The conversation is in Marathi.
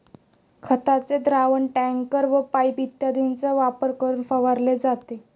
खताचे द्रावण टँकर व पाइप इत्यादींचा वापर करून फवारले जाते